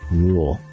rule